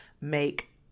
make